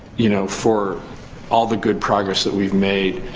you know for all the good progress that we've made,